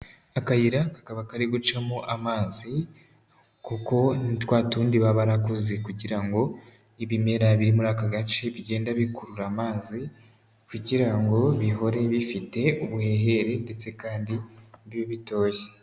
Akayira, kakaba kari gucamo amazi kuko ni twatundi baba barakoze kugira ngo ibimera biri muri aka gace bigende bikurura amazi kugira ngo bihore bifite ubuhehere ndetse kandi bibe bitoshye.